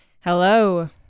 Hello